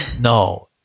no